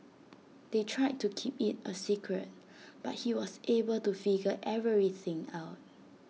they tried to keep IT A secret but he was able to figure everything out